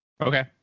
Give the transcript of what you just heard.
Okay